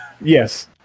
Yes